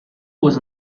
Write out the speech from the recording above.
was